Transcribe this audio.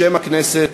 בשם הכנסת